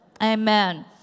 Amen